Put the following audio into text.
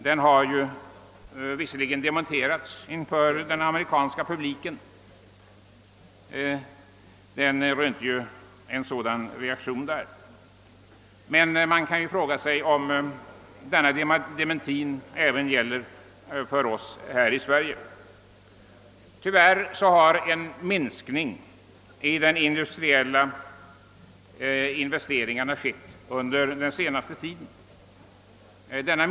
Den siffran har visserligen dementerats inför den amerikanska publiken — där rönte nyheten en skarp reaktion — men man kan ju fråga sig om denna dementi även gäller för oss här i Sverige. Tyvärr har under den senaste tiden en minskning skett av de industriella investeringarna.